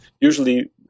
Usually